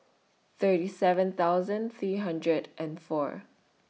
thirty seven thousand three hundred and four